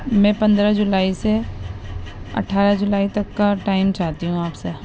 میں پندرہ جولائی سے اٹھارہ جولائی تک کا ٹائم چاہتی ہوں آپ سے